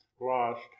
lost